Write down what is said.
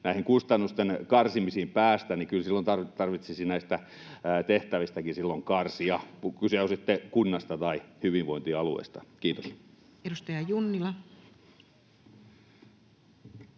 näihin kustannusten karsimisiin päästä, niin kyllä silloin tarvitsisi näistä tehtävistäkin karsia, on kyse sitten kunnasta tai hyvinvointialueesta. — Kiitos. Edustaja Junnila.